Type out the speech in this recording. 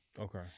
okay